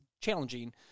Challenging